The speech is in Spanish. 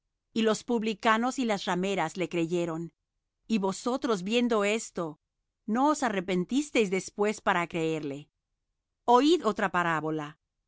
y los publicanos y las rameras le creyeron y vosotros viendo esto no os arrepentisteis después para creerle oíd otra parábola